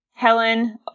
Helen